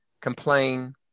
complain